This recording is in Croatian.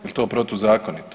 Jel to protuzakonito?